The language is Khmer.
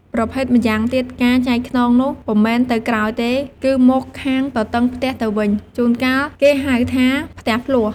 ប្រភេទម៉្យាងទៀត ការចែកខ្នងនោះពុំមែនទៅក្រោយទេ គឺមកខាងទទឹងផ្ទះទៅវិញ ជួន កាលគេហៅថា “ផ្ទះភ្លោះ”។